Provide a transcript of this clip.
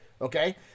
okay